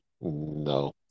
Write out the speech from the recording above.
No